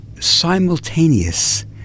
Simultaneous